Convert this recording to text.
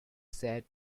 said